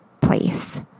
place